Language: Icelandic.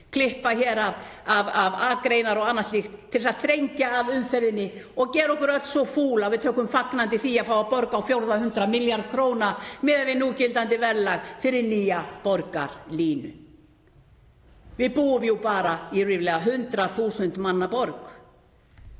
klippa af akreinar og annað slíkt til þess að þrengja að umferðinni og gera okkur öll svo fúl að við tökum því fagnandi að fá að borga á fjórða hundrað milljarða kr., miðað við núgildandi verðlag, fyrir nýja borgarlínu. Við búum jú bara í ríflega 100.000 manna borg.